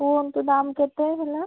କୁହନ୍ତୁ ଦାମ୍ କେତେ ହେଲା